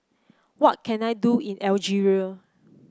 what can I do in Algeria